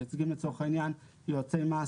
גופים שמייצגים לצורך העניין יועצי מס